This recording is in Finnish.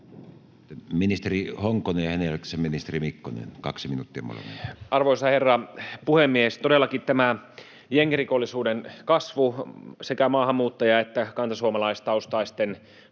ministeri Honkonen, ja hänen jälkeensä ministeri Mikkonen, kaksi minuuttia molemmat. Arvoisa herra puhemies! Todellakin jengirikollisuuden kasvu, sekä maahanmuuttaja- että kantasuomalaistaustaisten nuorten